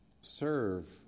Serve